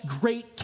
great